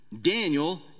Daniel